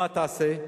מה תעשה?